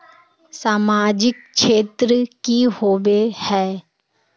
सामाजिक क्षेत्र की होबे है?